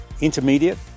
intermediate